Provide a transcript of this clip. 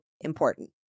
important